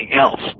else